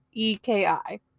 E-K-I